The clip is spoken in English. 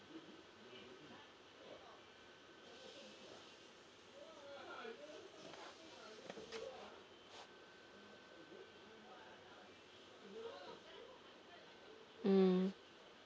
mm